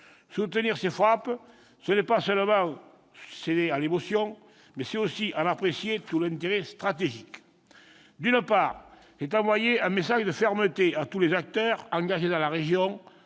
soutenir ces frappes, ce n'est pas seulement céder à l'émotion, c'est aussi en apprécier tout l'intérêt stratégique. D'une part, c'est envoyer un message de fermeté à tous les acteurs engagés dans la région,